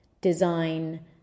design